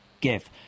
give